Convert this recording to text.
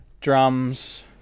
drums